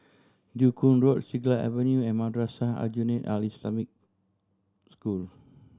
Joo Koon Road Siglap Avenue and Madrasah Aljunied Al Islamic School